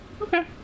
Okay